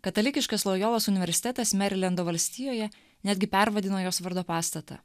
katalikiškas lojolos universitetas merilendo valstijoje netgi pervadino jos vardo pastatą